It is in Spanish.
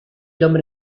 hombre